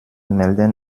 melden